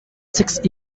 six